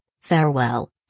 Farewell